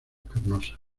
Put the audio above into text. carnosas